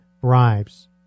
bribes